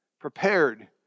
Prepared